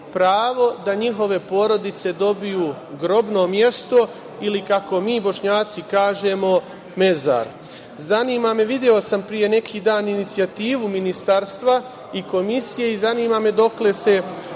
pravo da njihove porodice dobiju grobno mesto ili, kako mi Bošnjaci kažemo, mezar. Zanima me, video sam pre neki dan inicijativu Ministarstva i Komisije, dokle se